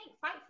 fight